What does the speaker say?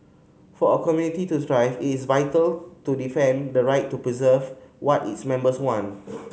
for a community to thrive it is vital to defend the right to preserve what its members want